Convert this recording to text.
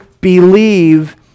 believe